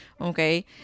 Okay